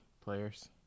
players